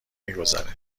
میگذره